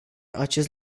acest